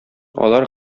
алар